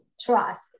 trust